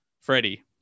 Freddie